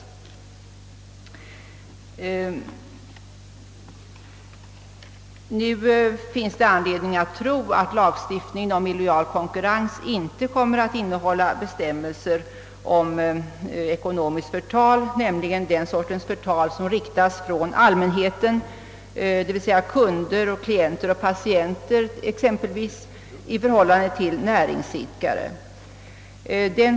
Nu finns det anledning att tro att lagstiftningen om illojal konkurrens inte kommer att innehålla bestämmelser om ckonomiskt förtal, nämligen den sortens förtal som riktas mot näringsidkare från allmänheten, t.ex. kunder, klienter och patienter.